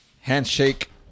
Handshake